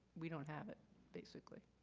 we don't have it basically.